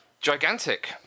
Gigantic